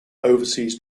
overseas